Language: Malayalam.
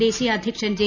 ദേശീയ അദ്ധ്യക്ഷൻ ജെ